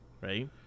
right